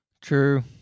True